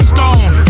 Stone